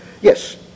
Yes